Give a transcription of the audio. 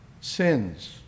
sins